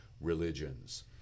religions